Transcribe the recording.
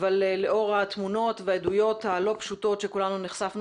אכבל לאור התמונות והעדויות הלא פשוטות שכולנו נחשפנו